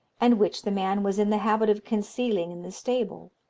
and which the man was in the habit of concealing in the stable.